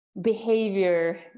behavior